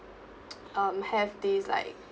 have this like